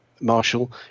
Marshall